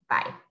Bye